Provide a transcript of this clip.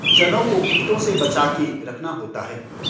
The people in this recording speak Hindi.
चनों को कीटों से बचाके रखना होता है